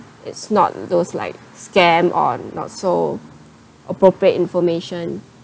it's not those like scam or not so appropriate information